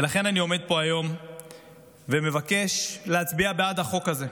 ולכן, אני עומד פה היום מבקש להצביע בעד החוק הזה,